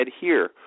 adhere